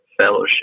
fellowship